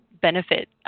benefit